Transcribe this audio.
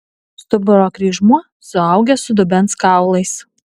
stuburo kryžmuo suaugęs su dubens kaulais